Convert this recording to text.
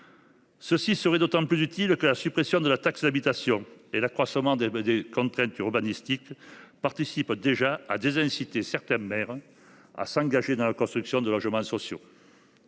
Cela serait d’autant plus utile que la suppression de la taxe d’habitation et l’accroissement des contraintes urbanistiques participent déjà à décourager certains maires de s’engager dans la construction de logements sociaux.